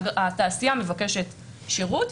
התעשייה מבקשת שירות,